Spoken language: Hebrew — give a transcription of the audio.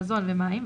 מזון ומים,